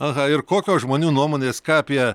aha ir kokios žmonių nuomonės ką apie